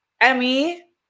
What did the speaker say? Emmy